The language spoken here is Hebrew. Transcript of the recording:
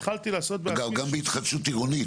התחלתי- -- גם בהתחדשות עירונית,